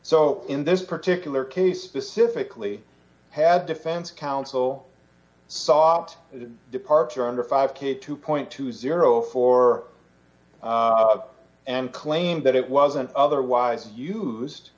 so in this particular case specifically had defense counsel sought the departure under five k two point two zero four and claim that it wasn't otherwise used